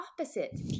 opposite